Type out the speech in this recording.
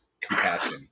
compassion